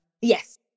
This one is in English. Yes